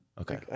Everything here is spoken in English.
Okay